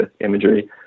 imagery